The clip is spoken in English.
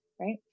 right